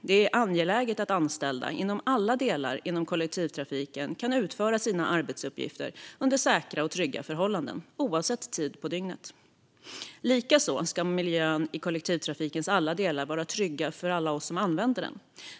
Det är angeläget att anställda inom alla delar av kollektivtrafiken kan utföra sina arbetsuppgifter under säkra och trygga förhållanden, oavsett tid på dygnet. Likaså ska miljön i kollektivtrafikens alla delar vara trygga för alla oss som använder den.